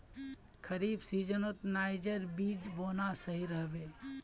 खरीफ सीजनत नाइजर बीज बोना सही रह बे